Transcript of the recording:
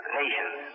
nations